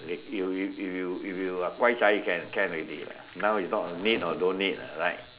if you if you if you are hokkien you can can already now is not a need or don't need ah right